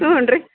ಹ್ಞೂ ರೀ